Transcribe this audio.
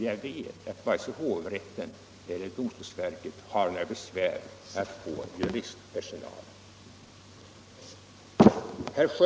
Jag vet att varken hovrätten eller domstolsverket har några svårigheter att få juristpersonal.